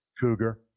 Cougar